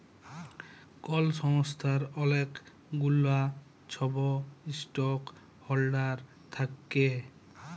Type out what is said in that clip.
call সংস্থার অলেক গুলা ছব ইস্টক হল্ডার থ্যাকে